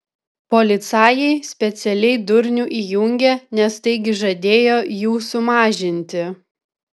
policajai specialiai durnių įjungė nes taigi žadėjo jų sumažinti